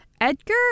Edgar